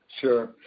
sure